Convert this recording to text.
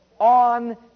on